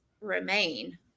remain